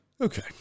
Okay